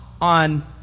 on